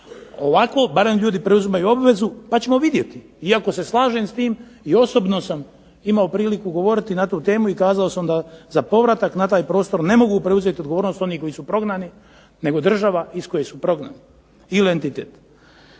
Ovako barem ljudi preuzimaju obvezu pa ćemo vidjeti, iako se slažem s tim i osobno sam imao priliku govoriti na tu temu i kazao sam da za povratak na taj prostor ne mogu preuzeti odgovornost onih koji su prognani nego država iz koje su prognani. Moje